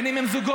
בין אם הם זוגות,